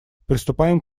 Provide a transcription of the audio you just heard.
приступаем